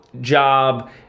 job